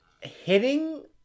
hitting